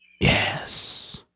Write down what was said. Yes